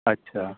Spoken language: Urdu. اچھا